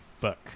fuck